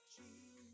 Jesus